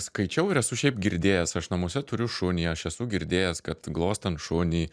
skaičiau ir esu šiaip girdėjęs aš namuose turiu šunį aš esu girdėjęs kad glostant šunį